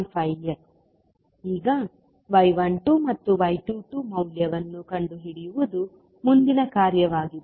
5S ಈಗ y12 ಮತ್ತು y22 ಮೌಲ್ಯವನ್ನು ಕಂಡುಹಿಡಿಯುವುದು ಮುಂದಿನ ಕಾರ್ಯವಾಗಿದೆ